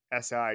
si